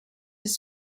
his